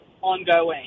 ongoing